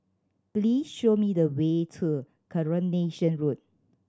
please show me the way to Coronation Road